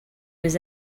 was